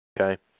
Okay